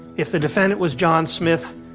if the defendant was john smith,